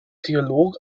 dialog